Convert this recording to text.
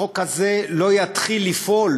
החוק הזה לא יתחיל לפעול